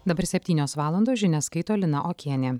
dabar septynios valandos žinias skaito lina okienė